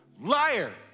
liar